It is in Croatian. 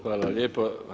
Hvala lijepo.